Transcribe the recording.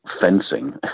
fencing